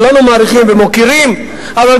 כולנו מעריכים ומוקירים אותו,